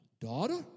daughter